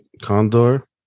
condor